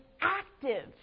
active